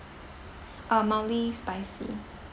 uh mildly spicy